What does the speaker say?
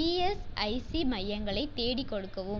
ESIC மையங்களை தேடிக் கொடுக்கவும்